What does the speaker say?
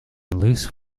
loose